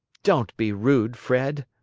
don't be rude, fred!